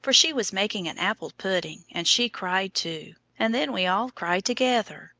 for she was making an apple pudding, and she cried too, and then we all cried together